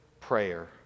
prayer